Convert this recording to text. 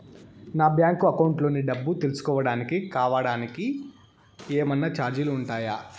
నా bank account లోని డబ్బు తెలుసుకోవడానికి కోవడానికి ఏమన్నా చార్జీలు ఉంటాయా?